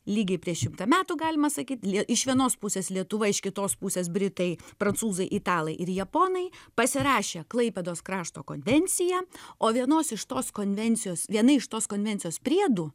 lygiai prieš šimtą metų galima sakyt iš vienos pusės lietuva iš kitos pusės britai prancūzai italai ir japonai pasirašė klaipėdos krašto konvenciją o vienos iš tos konvencijos viena iš tos konvencijos priedų